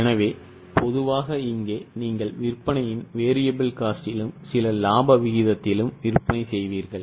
எனவே பொதுவாக இங்கே நீங்கள் விற்பனையின் variable cost லும் சில இலாப விகிதத்திலும் விற்பனை செய்வீர்கள்